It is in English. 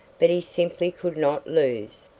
but he simply could not lose.